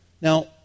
Now